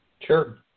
Sure